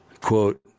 quote